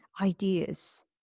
ideas